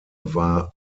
war